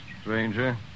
stranger